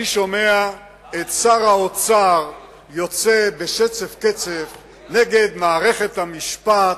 אני שומע את שר האוצר יוצא בשצף קצף נגד מערכת המשפט